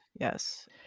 Yes